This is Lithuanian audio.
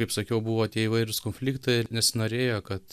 kaip sakiau buvo tie įvairūs konfliktai ir nesinorėjo kad